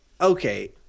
okay